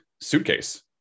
suitcase